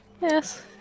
Yes